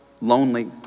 lonely